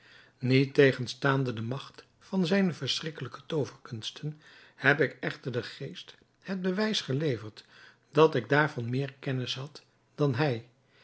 niettegenstaande de magt van zijne verschrikkelijke tooverkunsten heb ik echter den geest het bewijs geleverd dat ik daarvan meer kennis had dan hij